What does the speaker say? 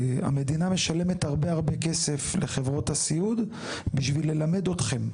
המדינה משלמת הרבה הרבה כסף לחברות הסיעוד בשביל ללמד אתכם,